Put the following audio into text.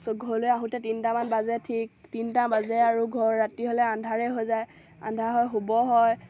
সব ঘৰলৈ আহোঁতে তিনিটামান বাজে ঠিক তিনিটা বাজে আৰু ঘৰ ৰাতি হ'লে আন্ধাৰে হৈ যায় আন্ধাৰ হৈ শুব হয়